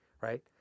right